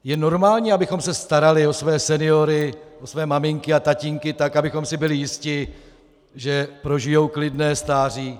Je normální, abychom se starali o své seniory, o své maminky a tatínky tak, abychom si byli jisti, že prožijí klidné stáří?